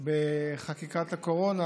בחקיקת הקורונה,